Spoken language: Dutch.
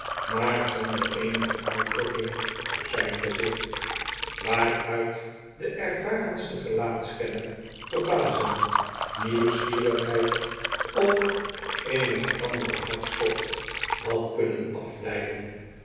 maar zonder eenige uitdrukking op zijn gezicht waaruit de ervarenste gelaatskenner verbazing nieuwsgierigheid of eenigen anderen hartstocht had kunnen afleiden